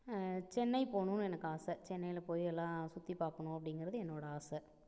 சென்னை போகனும்னு எனக்கு ஆசை சென்னையில போய் எல்லாம் சுற்றி பார்க்கணும் அப்படிங்குறது என்னோட ஆசை